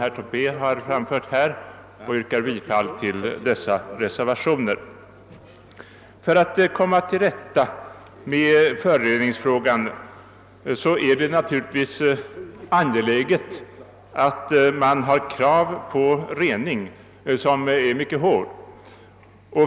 Även jag yrkar bifall till dessa reservationer. För att komma till rätta med föroreningsfrågan är det naturligtvis angeläget att man har mycket hårda krav på rening.